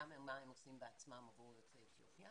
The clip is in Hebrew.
גם מה הם עושים בעצמם עבור יוצאי אתיופיה